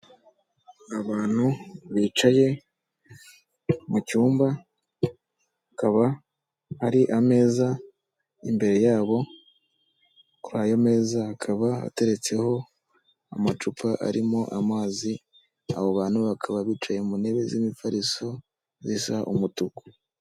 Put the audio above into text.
Abantu bicaye mu cyumba hakaba hari ameza imbere yabo, kuri ayo meza hakaba hateretseho amacupa arimo amazi abo bantu bakaba mu intebe z'imifariso zisa umutuku.